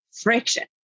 friction